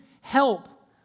help